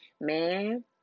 Man